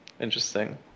interesting